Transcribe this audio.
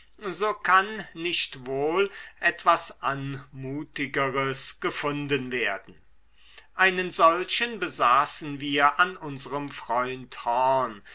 so kann nicht wohl etwas anmutigeres gefunden werden einen solchen besaßen wir an unserem freund horn